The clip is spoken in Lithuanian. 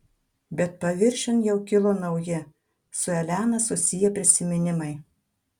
bet paviršiun jau kilo nauji su elena susiję prisiminimai